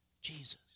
Jesus